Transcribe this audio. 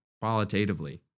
qualitatively